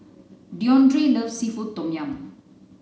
Deondre loves seafood Tom Yum